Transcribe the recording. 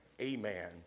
amen